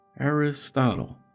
Aristotle